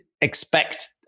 expect